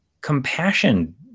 compassion